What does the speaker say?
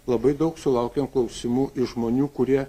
labai daug sulaukėm klausimų iš žmonių kurie